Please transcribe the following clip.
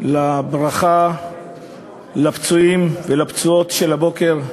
לברכה לפצועים ולפצועות של הבוקר,